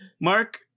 Mark